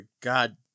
god